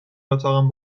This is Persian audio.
اتاقم